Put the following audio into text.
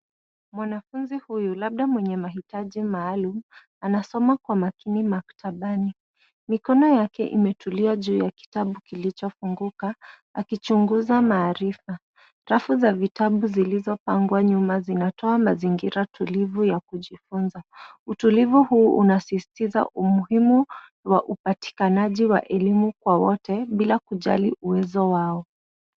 Mwanafunzi huyu labda mwenye mahitaji maalum, anasoma kwa makini maktabani. Mikono yake imetulia juu ya kitabu kilichofunguka, akichunguza maarifa. Rafu za vitabu zilizopangwa nyuma zinatoa mazingira tulivu ya kujifunza. Utulivu huu unasisitiza umuhimu wa upatikanaji wa elimu kwa wote, bila kujali uwezo wao.